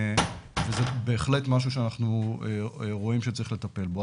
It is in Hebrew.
זה בהחלט משהו שאנחנו רואים שצריך לטפל בו.